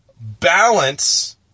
balance